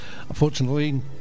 Unfortunately